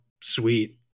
sweet